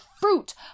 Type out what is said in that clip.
fruit